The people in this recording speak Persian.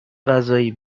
قضایی